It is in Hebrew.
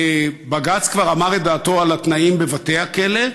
בג"ץ כבר אמר את דעתו על התנאים בבתי הכלא,